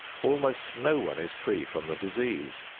almost no one is free from the disease.